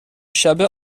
شبه